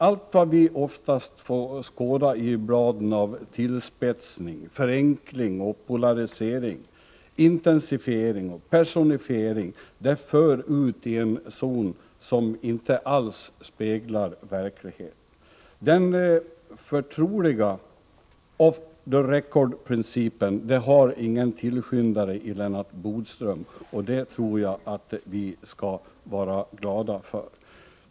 Allt det vi oftast skådar i bladen av tillspetsning, förenkling, polarisering, intensifiering och personifiering för ut i en zon som inte alls speglar verkligheten. Den förtroliga off the record-principen har ingen tillskyndare i Lennart Bodström, och det tror jag att vi skall vara glada för.